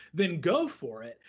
then go for it.